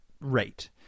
rate